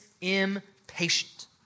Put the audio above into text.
impatient